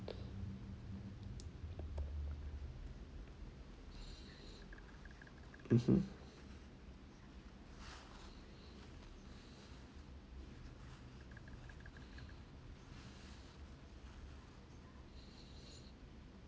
mmhmm